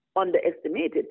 underestimated